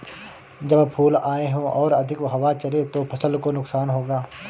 जब फूल आए हों और अधिक हवा चले तो फसल को नुकसान होगा?